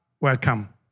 Welcome